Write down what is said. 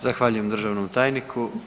Zahvaljujem državnom tajniku.